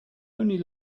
only